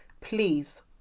please